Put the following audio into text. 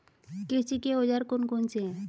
कृषि के औजार कौन कौन से हैं?